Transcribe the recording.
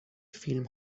فیلم